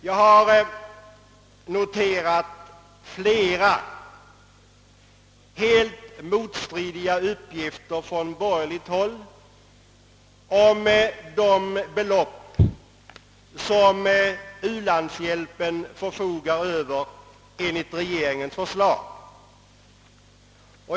Jag har noterat flera helt motstridiga uppgifter från borgerligt håll om de belopp som u-landshjälpen förfogar över enligt regeringens förslag.